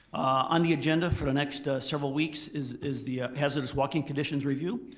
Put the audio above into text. on the agenda for the next several weeks is is the hazardous walking conditions review.